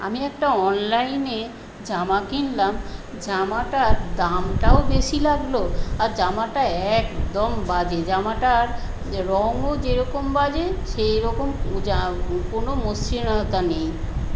আমি একটা অনলাইনে জামা কিনলাম জামাটার দামটাও বেশী লাগল আর জামাটা একদম বাজে জামাটার রঙও যেরকম বাজে সেইরকম কোনো মসৃণতা নেই